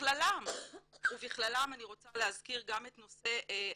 ובכללם אני רוצה להזכיר גם את נושא האולפנים.